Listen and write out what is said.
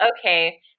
Okay